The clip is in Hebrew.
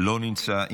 לא נמצא.